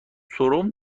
سرم